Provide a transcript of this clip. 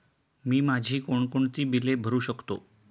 मी माझी कोणकोणती बिले भरू शकतो?